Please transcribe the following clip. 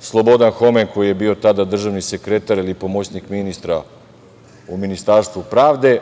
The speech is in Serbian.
Slobodan Homen, koji je bio tada državni sekretar ili pomoćnik ministra u Ministarstvu pravde